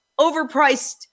overpriced